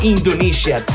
Indonesia